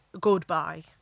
goodbye